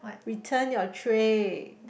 return your tray